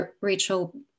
Rachel